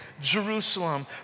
Jerusalem